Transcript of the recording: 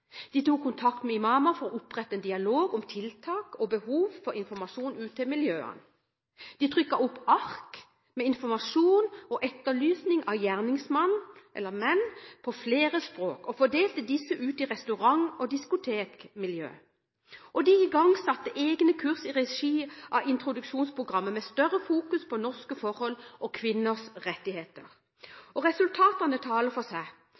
De tok kontakt med imamer for å opprette en dialog om tiltak og behov for informasjon ut til miljøet. De trykte opp ark med informasjon og etterlysning av gjerningsmenn på flere språk og fordelte disse ut i restaurant- og diskotekmiljøet. Og de igangsatte egne kurs i regi av introduksjonsprogrammet med større fokus på norske forhold og kvinners rettigheter. Resultatene taler for seg